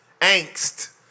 angst